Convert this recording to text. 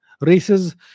races